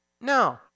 No